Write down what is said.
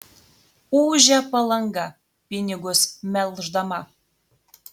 ūžia palanga pinigus melždama